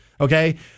Okay